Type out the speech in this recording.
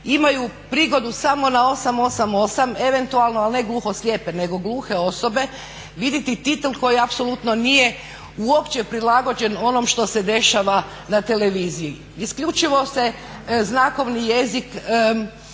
imaju prigodu samo na 888, eventualno ali ne gluho slijepe, nego gluhe osobe vidjeti titl koji apsolutno nije uopće prilagođen onom što se dešava na televiziji. Isključivo se znakovni jezik,